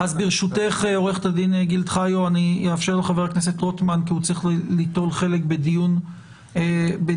אולי ניתן קודם לחבר הכנסת רוטמן שחייב לצאת לדיון נוסף.